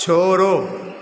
छोड़ो